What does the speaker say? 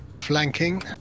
flanking